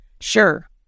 sure